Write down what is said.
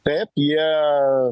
taip jie